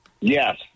Yes